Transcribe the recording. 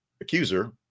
accuser